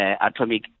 Atomic